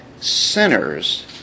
sinners